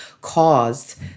caused